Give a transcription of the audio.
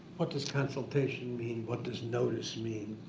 what this consultation mean, what does notice mean,